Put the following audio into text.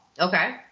Okay